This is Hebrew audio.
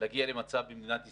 להגיע היום למצב במדינת ישראל,